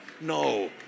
No